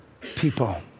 people